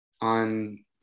on